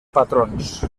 patrons